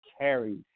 carried